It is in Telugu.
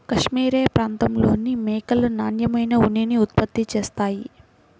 కాష్మెరె ప్రాంతంలోని మేకలు నాణ్యమైన ఉన్నిని ఉత్పత్తి చేస్తాయి